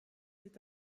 est